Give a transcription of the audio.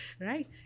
right